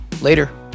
Later